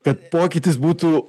kad pokytis būtų